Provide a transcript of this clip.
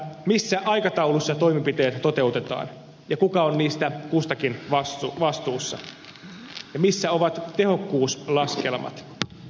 missä aikataulussa toimenpiteet toteutetaan kuka on niistä kustakin vastuussa ja missä ovat tehokkuuslaskelmat